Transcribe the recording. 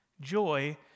joy